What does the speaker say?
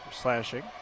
slashing